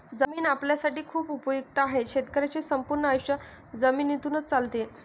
जमीन आपल्यासाठी खूप उपयुक्त आहे, शेतकऱ्यांचे संपूर्ण आयुष्य जमिनीतूनच चालते